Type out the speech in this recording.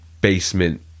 basement